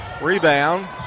Rebound